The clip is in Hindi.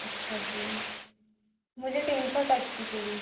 अच्छा जी मुझे तीन सौ तक की चाहिए थी